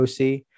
OC